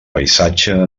paisatge